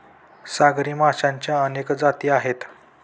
सागरी माशांच्या अनेक जाती आहेत